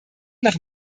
nach